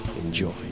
enjoy